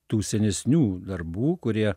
tų senesnių darbų kurie